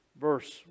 verse